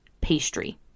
pastry